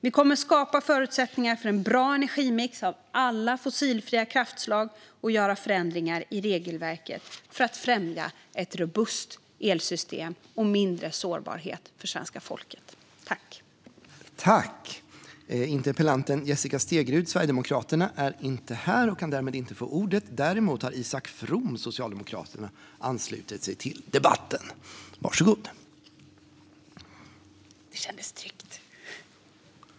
Vi kommer skapa förutsättningar för en bra energimix av alla fossilfria kraftslag och göra förändringar i regelverket för att främja ett robust elsystem och mindre sårbarhet för svenska folket.